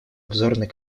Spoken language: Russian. обзорной